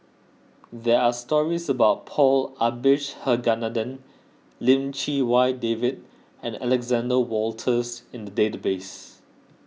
there are stories about Paul Abisheganaden Lim Chee Wai David and Alexander Wolters in the database